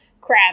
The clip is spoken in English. crab